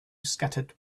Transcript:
scattered